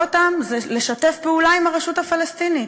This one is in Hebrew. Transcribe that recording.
אותם זה לשתף פעולה עם הרשות הפלסטינית,